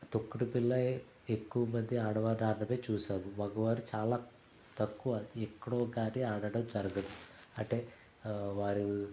తొక్కడు బిల్లాయే ఎక్కువ మంది ఆడవారి ఆడటమే చూసాము మగవారు చాలా తక్కువ ఎక్కడో కానీ ఆడడం జరుగదు అంటే వారు